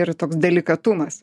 ir toks delikatumas